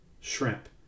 shrimp